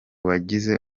bagize